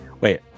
Wait